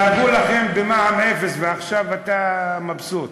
דאגו לכם במע"מ אפס, ועכשיו אתה מבסוט.